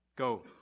Go